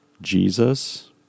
Jesus